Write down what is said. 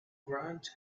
grant